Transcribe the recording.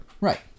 Right